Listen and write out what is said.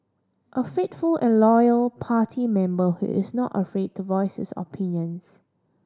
a faithful and loyal party member who is not afraid to voice his opinions